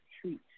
treat